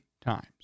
times